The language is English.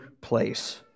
place